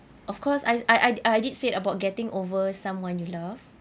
of course I I I I did said about getting over someone you love